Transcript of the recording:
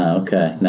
okay. nice.